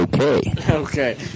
Okay